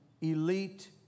elite